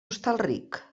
hostalric